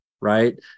right